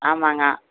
ஆமாங்க